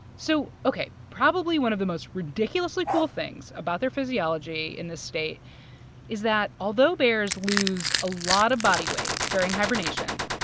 so ok, probably one of the most ridiculously cool things about their physiology in this state is that, although bears lose a lot of body weight during hibernation,